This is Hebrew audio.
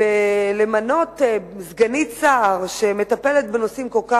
ולמנות סגנית שר שמטפלת בנושאים כל כך